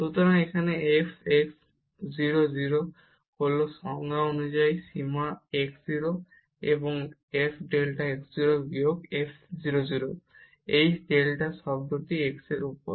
সুতরাং এখানে f x 0 0 হল সংজ্ঞা অনুযায়ী সীমা ডেল্টা x 0 এবং f ডেল্টা x 0 বিয়োগ f 0 0 এই ডেল্টা x টার্মটির উপর